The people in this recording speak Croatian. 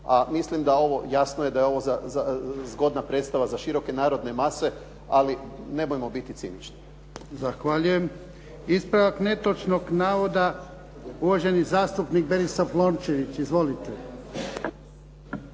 mislim da ovo, jasno je da je ovo zgodna predstava za široke narodne mase. Ali nemojmo biti cinični. **Jarnjak, Ivan (HDZ)** Zahvaljujem. Ispravak netočnog navoda, uvaženi zastupnik Berislav Rončević. Izvolite.